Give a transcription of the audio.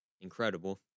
incredible